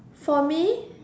for me